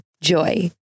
JOY